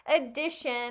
edition